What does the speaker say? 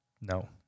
No